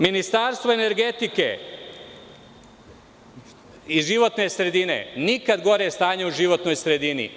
Ministarstvo energetike i životne sredine; nikad gore stanje u životnoj sredini.